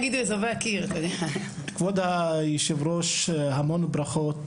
כבוד היושב-ראש, המון ברכות.